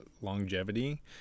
longevity